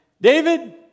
David